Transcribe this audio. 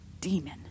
demon